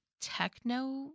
techno